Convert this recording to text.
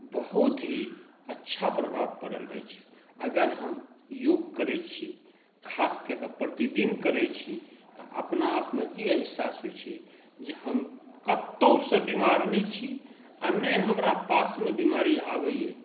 बहुत ही अच्छा प्रभाव पड़ल अछि अगर हम योग करैत छी खास कएकऽ प्रतिदिन करैत छी तऽ अपनाआपमे ई एहसास होइत छै जे हम कतहुँसँ बीमार नहि छी आ नहि हमरा पासमे बिमारी आबैत यऽ